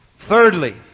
Thirdly